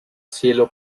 cielo